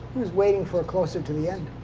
who's waiting for closer to the end?